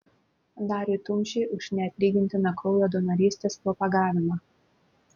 dariui tumšiui už neatlygintiną kraujo donorystės propagavimą